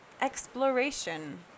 exploration